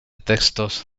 textos